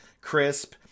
crisp